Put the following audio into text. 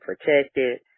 protected